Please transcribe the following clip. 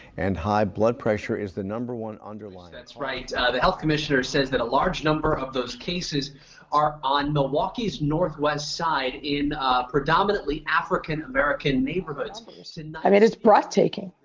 and high blood pressure is the number one underline that's right. the health commissioner says that a large number of those cases are on milwaukee's north west side in ah predominantly african-american neighborhoods um it is breathtaking.